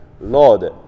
Lord